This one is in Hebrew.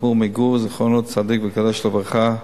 האדמו"ר מגור זיכרונו, צדיק וקדוש לברכה,